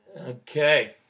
Okay